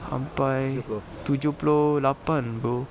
sampai tujuh puluh lapan bro